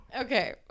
Okay